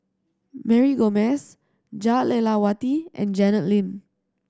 Mary Gomes Jah Lelawati and Janet Lim